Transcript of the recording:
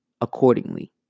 accordingly